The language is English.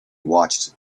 watched